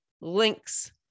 links